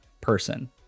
person